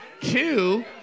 Two